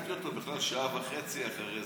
והדלקתי אותו בכלל שעה וחצי אחרי זה.